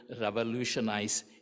revolutionize